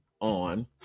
on